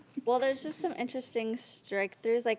well there's just some interesting strike throughs. like